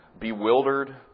bewildered